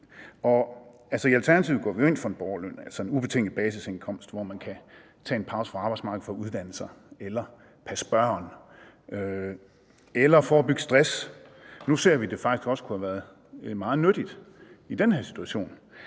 I Alternativet går vi jo ind for borgerløn, altså en ubetinget basisindkomst, så man kan tage en pause fra arbejdsmarkedet for at uddanne sig, for at passe børn eller for at forebygge stress. Nu ser vi, at det faktisk også kunne have været meget nyttigt i den her situation.